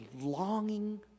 longing